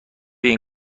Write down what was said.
این